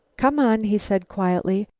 come on, he said quietly,